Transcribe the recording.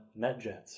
NetJets